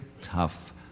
tough